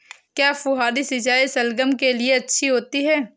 क्या फुहारी सिंचाई शलगम के लिए अच्छी होती है?